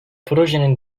projenin